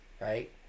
Right